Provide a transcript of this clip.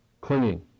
clinging